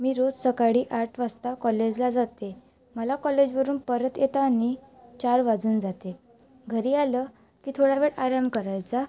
मी रोज सकाळी आठ वाजता कॉलेजला जाते मला कॉलेजवरून परत येताना चार वाजून जाते घरी आलं की थोडा वेळ आराम करायचा